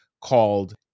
called